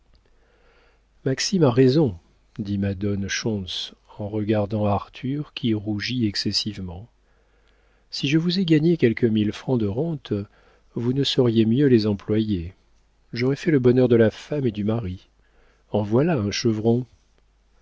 maxime a raison dit madame schontz en regardant arthur qui rougit excessivement si je vous ai gagné quelques mille francs de rentes vous ne sauriez mieux les employer j'aurai fait le bonheur de la femme et du mari en voilà un chevron